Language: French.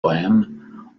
poèmes